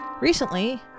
Recently